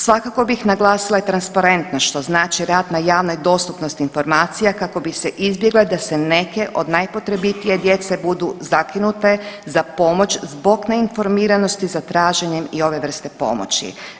Svakako bih naglasila i transparentnost što znači rad na javnoj dostupnosti informacija kako bi se izbjeglo da se neke od najpotrebitije djece budu zakinute za pomoć zbog neinformiranosti za traženjem i ove vrste pomoći.